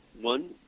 One